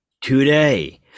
Today